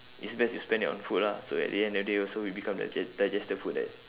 it's best you spend it on food lah so at the end of the day also it become dige~ digested food like that